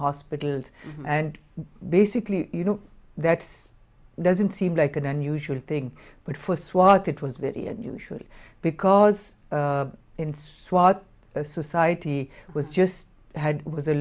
hospitals and basically you know that's doesn't seem like an unusual thing but for swat it was very unusual because in swat society was just had was a